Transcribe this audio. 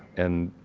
and,